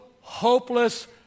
hopeless